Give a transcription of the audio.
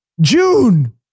June